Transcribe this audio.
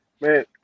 Man